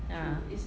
ah